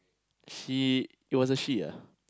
she it was she